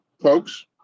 folks